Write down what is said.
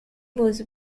was